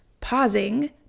pausing